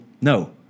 no